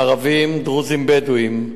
ערביים, דרוזיים, בדואיים,